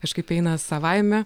kažkaip eina savaime